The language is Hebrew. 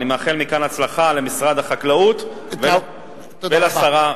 אני מאחל מכאן הצלחה למשרד החקלאות ולשרה המכהנת.